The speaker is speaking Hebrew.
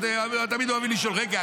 תמיד אוהבים לשאול: רגע,